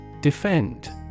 Defend